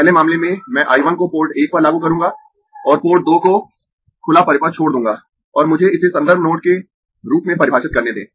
पहले मामले में मैं I 1 को पोर्ट 1 पर लागू करूंगा और पोर्ट 2 को खुला परिपथ छोड़ दूंगा और मुझे इसे संदर्भ नोड के रूप में परिभाषित करने दें